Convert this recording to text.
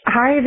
Hi